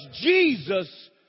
Jesus